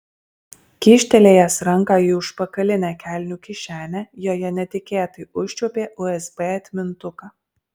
kyštelėjęs ranką į užpakalinę kelnių kišenę joje netikėtai užčiuopė usb atmintuką